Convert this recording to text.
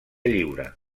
lliure